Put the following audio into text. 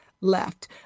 left